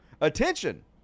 attention